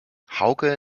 hauke